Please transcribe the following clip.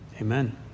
Amen